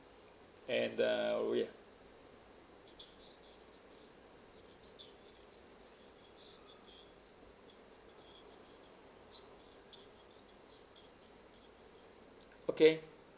and uh oh ya okay